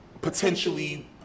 potentially